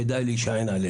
כדאי להישען עליהם.